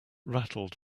rattled